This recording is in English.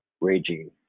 raging